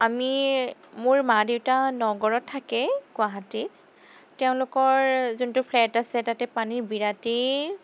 আমি মোৰ মা দেউতা নগৰত থাকে গুৱাহাটী তেওঁলোকৰ যোনটো ফ্লেট আছে তাতে পানীৰ বিৰাটেই